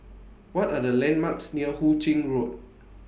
What Are The landmarks near Hu Ching Road